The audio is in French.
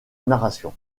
narration